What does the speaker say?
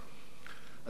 אדוני היושב-ראש,